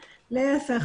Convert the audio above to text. להיפך,